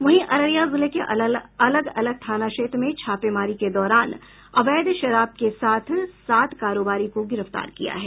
वहीं अररिया जिले के अलग अलग थाना क्षेत्र में छापेमारी के दौरान अवैध शराब के साथ सात कारोबारी को गिरफ्तार किया है